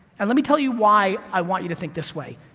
and let me tell you why i want you to think this way,